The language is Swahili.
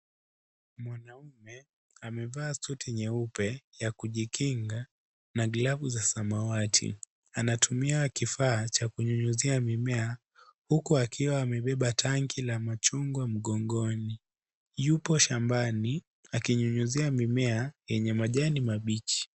Mwanaume amevaa suti nyeupe ya kujikinga na glavu za zamawati, anatumia kifaa cha kunyunyizia mimmea huku akiwa amebeba tangi la machungwa mgongoni, yupo shambani akinyunyizia mimmea yenye majani mabichi.